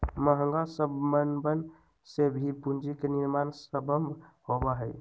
महंगा समनवन से भी पूंजी के निर्माण सम्भव होबा हई